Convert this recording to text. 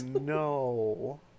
no